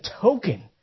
token